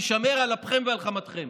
תישמר על אפכם ועל חמתכם.